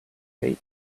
gate